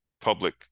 public